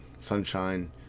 Sunshine